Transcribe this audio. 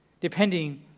depending